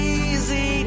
easy